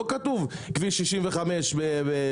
לא כתוב כביש 65 לבד.